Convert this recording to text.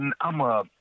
I'ma